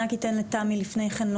אני רק אתן לתמי לפני כן,